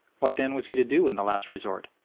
what then was he to do in the last resort?